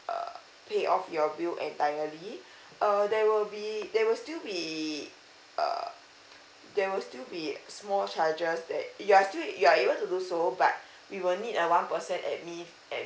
err pay off your bill entirely uh there will be there will still be err there will still be a small charges that you are still you are able to do so but we will need a one percent admin